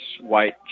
White